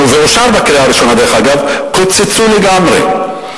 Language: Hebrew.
ואושר בקריאה הראשונה, דרך אגב, קוצצו לגמרי.